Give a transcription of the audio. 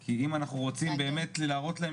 כי אם אנחנו רוצים באמת להראות להם